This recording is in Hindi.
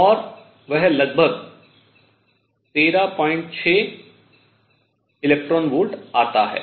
और वह लगभग 136 इलेक्ट्रॉन वोल्ट आता है